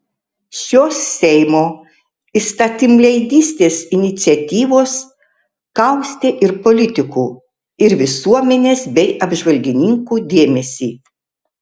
šios seimo įstatymleidystės iniciatyvos kaustė ir politikų ir visuomenės bei apžvalgininkų dėmesį